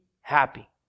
happy